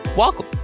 Welcome